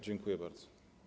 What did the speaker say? Dziękuję bardzo.